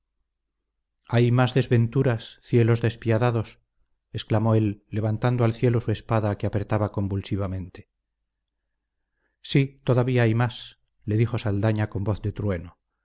hay más desventuras cielos despiadados exclamó él levantando al cielo su espada que apretaba convulsivamente sí todavía hay más le dijo saldaña con voz de truene